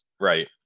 right